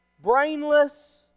Brainless